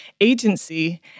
agency